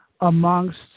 amongst